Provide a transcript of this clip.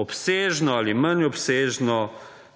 obsežno ali manj obsežno,